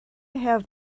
have